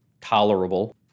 tolerable